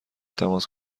تماس